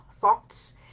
thoughts